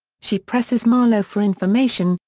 she presses marlow for information,